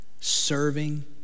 serving